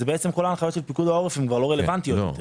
כל ההנחיות של פיקוד העורף לא רלוונטיות יותר.